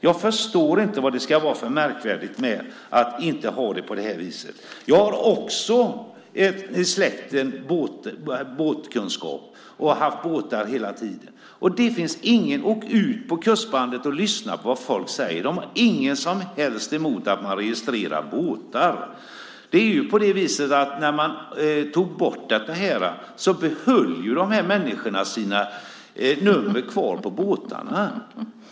Jag förstår inte vad det ska vara för märkvärdigt med att inte ha det på det här viset. Jag har också i släkten båtkunskap och har haft båtar. Gå ut i kustbandet och lyssna på vad folk säger! De har inget som helst emot att man registrerar båtar. När man tog bort registret behöll människorna numret kvar på båtarna.